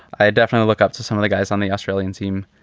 i definitely look up to some of the guys on the australian team.